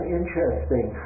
interesting